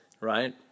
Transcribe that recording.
right